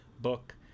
book